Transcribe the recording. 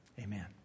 Amen